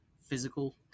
physical